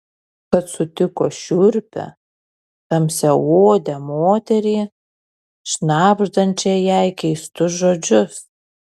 kad sutiko šiurpią tamsiaodę moterį šnabždančią jai keistus žodžius